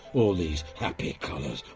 all these happy colours.